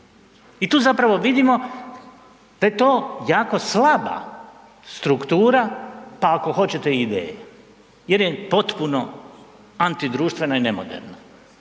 i tu zapravo vidimo da je to jako slaba struktura, pa ako hoćete i ideje jer je potpuno antidruštvena i nemoderna